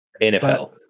NFL